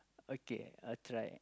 okay I try